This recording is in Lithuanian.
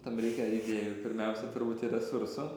tam reikia idėjų pirmiausia turbūt ir resursų